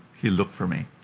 he'll look for me.